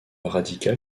radical